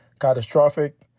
catastrophic